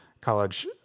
college